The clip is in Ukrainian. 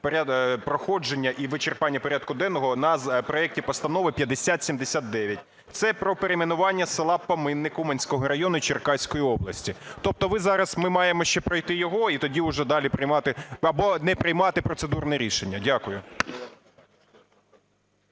проходження і вичерпання порядку денного на проекті Постанови 5079 – це про перейменування села Поминик Уманського району Черкаської області. Тобто зараз ми маємо ще пройти його і тоді уже далі приймати або не приймати процедурне рішення. Дякую.